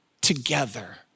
Together